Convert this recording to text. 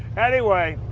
anyway,